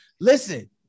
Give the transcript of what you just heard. Listen